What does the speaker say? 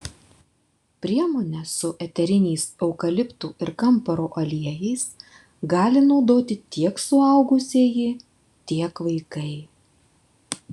priemonę su eteriniais eukaliptų ir kamparo aliejais gali naudoti tiek suaugusieji tiek vaikai